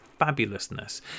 fabulousness